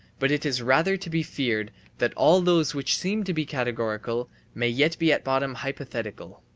but it is rather to be feared that all those which seem to be categorical may yet be at bottom hypothetical.